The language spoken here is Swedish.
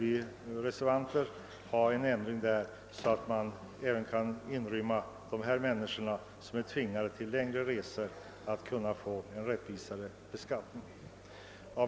Vi reservanter vill ha en ändring där, så att människor som är tvingade till längre resor får en mera rättvis beskattning. Herr talman!